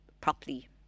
properly